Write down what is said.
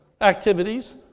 activities